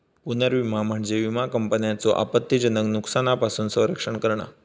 पुनर्विमा म्हणजे विमा कंपन्यांचो आपत्तीजनक नुकसानापासून संरक्षण करणा